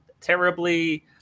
terribly